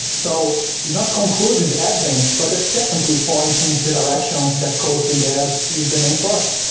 so it's not conclusive evidence but it's definitely pointing to the direction that coal seam gas is the main source.